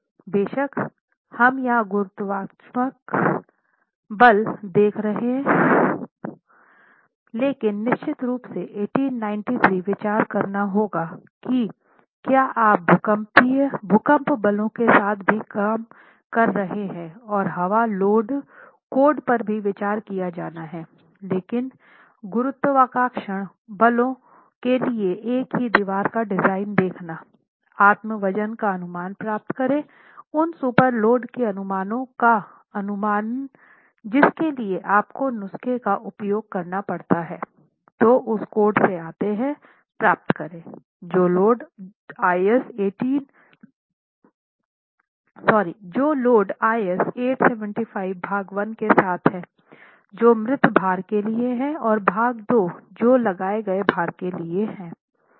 बेशक हम यहां गुरुत्वाकर्षण बल देख रहे हैं लेकिन निश्चित रूप से 1893 विचार करना होगा कि क्या आप भूकंप बलों के साथ भी काम कर रहे हैं और हवा लोड कोड पर भी विचार किया जाना है लेकिन गुरुत्वाकर्षण बलों के लिए एक ही दीवार का डिज़ाइन देखना आत्म वजन का अनुमान प्राप्त करें उन सुपर लोड के अनुमानों का अनुमान जिसके लिए आपको नुस्खे का उपयोग करना पड़ सकता है जो उस कोड से आते हैं प्राप्त करें जो लोड IS 875 भाग 1 के साथ है जो मृत भार के लिए हैं और भाग 2 जो लगाए गए भार के लिए हैं